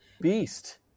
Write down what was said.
Beast